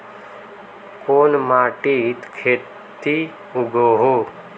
कोन माटित खेती उगोहो?